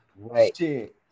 Right